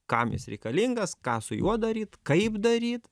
kam jis reikalingas ką su juo daryt kaip daryt